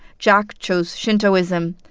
jack chose shintoism.